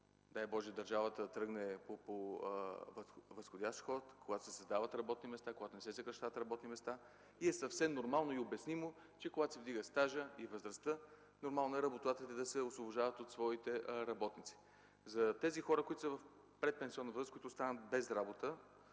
дай Боже, страната тръгне по възходящ ход, когато се създават работни места и не се съкращават работни места. Съвсем нормално и обяснимо е, че когато се вдига стажът и възрастта, работодателите да се освобождават от своите работници. За хората в предпенсионна възраст, които останат без работа,